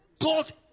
God